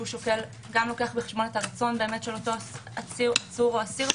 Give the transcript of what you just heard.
את הרצון של העצור או האסיר,